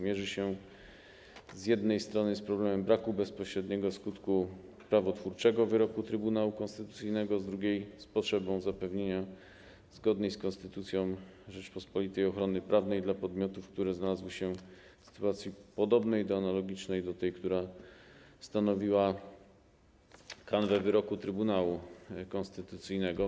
Mierzy się ono z jednej strony z problemem braku bezpośredniego skutku prawotwórczego wyroku Trybunału Konstytucyjnego, z drugiej strony - z potrzebą zapewnienia zgodnej z Konstytucją Rzeczypospolitej Polskiej ochrony prawnej dla podmiotów, które znalazły się w sytuacji podobnej, analogicznej do tej, która stanowiła kanwę wyroku Trybunału Konstytucyjnego.